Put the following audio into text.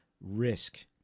risk